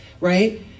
right